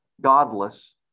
godless